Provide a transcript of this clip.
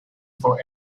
for